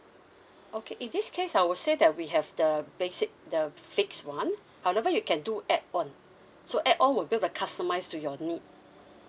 okay in this case I would say that we have the basic the fix one however you can do add on so add on will build the customise to your need